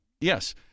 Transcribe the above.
Yes